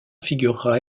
figurera